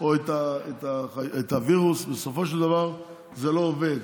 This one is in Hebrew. או את הווירוס, בסופו של דבר זה לא עובד.